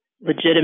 legitimate